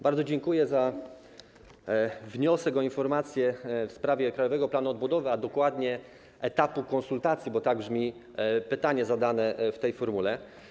Bardzo dziękuję za wniosek o informację w sprawie krajowego planu odbudowy, a dokładnie etapu konsultacji, bo tak brzmi pytanie zadane w tej formule.